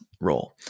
role